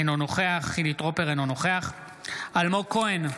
אינו נוכח חילי טרופר, אינו נוכח אלמוג כהן,